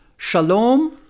Shalom